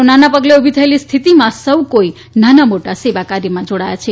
કોરોનાના પગલે ઊભી થયેલી સ્થિતિમાં સૌકોઈ નાના મોટા સેવાકાર્યમાં જોડાયા છે